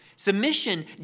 Submission